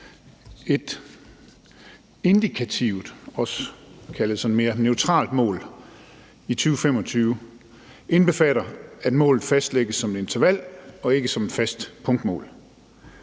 Et indikativt, også kaldet mere neutralt, mål i 2025 indbefatter, at målet fastlægges som et interval og ikke som et fast punktmål.